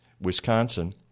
Wisconsin